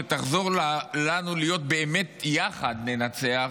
שתעזור לנו להיות באמת "יחד ננצח",